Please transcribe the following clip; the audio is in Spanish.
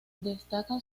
destacan